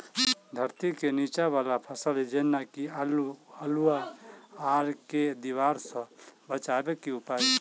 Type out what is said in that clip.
धरती केँ नीचा वला फसल जेना की आलु, अल्हुआ आर केँ दीवार सऽ बचेबाक की उपाय?